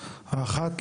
האחת,